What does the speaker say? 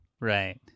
Right